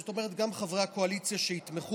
זאת אומרת שגם חברי הקואליציה שיתמכו